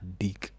dick